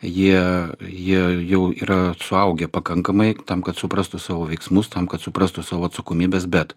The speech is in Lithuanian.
jie jie jau yra suaugę pakankamai tam kad suprastų savo veiksmus tam kad suprastų savo atsakomybes bet